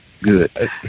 good